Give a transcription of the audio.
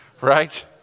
right